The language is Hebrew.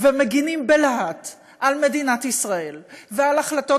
ומגינים בלהט על מדינת ישראל ועל החלטות